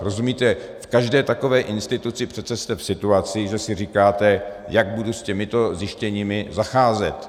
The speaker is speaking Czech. Rozumíte, v každé takové instituci jste přece v situaci, že si říkáte, jak budu s těmito zjištěními zacházet.